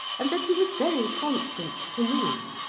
and that he was very constant to me.